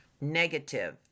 Negative